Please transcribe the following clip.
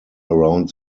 around